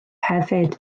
hefyd